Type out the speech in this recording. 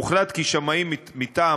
הוחלט כי שמאים מטעם